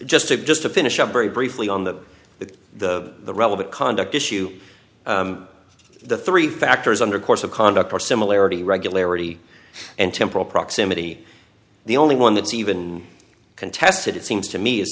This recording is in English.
just to just to finish up very briefly on that with the relevant conduct issue the three factors under course of conduct or similarity regularity and temporal proximity the only one that's even contested it seems to me i